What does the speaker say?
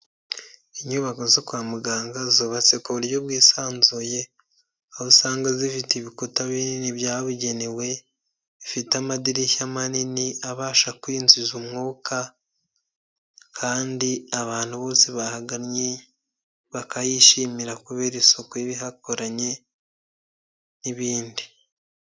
Inyubako zo kwa muganga zubatse ku buryo bwisanzuye, aho usanga zifite ibikuta binini byabugenewe, bifite amadirishya manini abasha kwinjiza umwuka, kandi abantu bose bahaganye bakayishimira kubera isuku y'ibihakoranye n'ibindi.